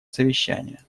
совещания